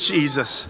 Jesus